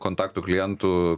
kontaktų klientų